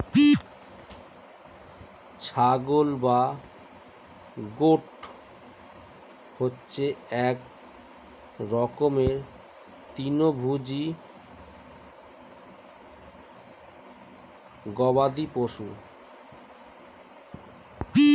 ছাগল বা গোট হচ্ছে এক রকমের তৃণভোজী গবাদি পশু